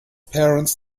parents